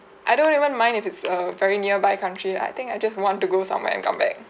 I don't even mind if it's a very nearby country I think I just want to go somewhere and come back